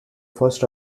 first